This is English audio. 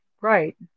Right